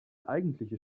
eigentliche